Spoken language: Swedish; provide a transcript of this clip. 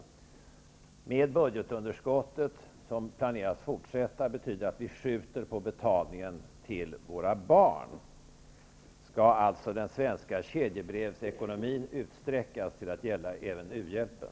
Det betyder att med ett budgetunderskottet som förväntas finnas kvar skjuts betalningen fram i tiden till våra barn. Skall den svenska kedjebrevsekonomin utsträckas till att gälla även uhjälpen?